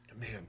Man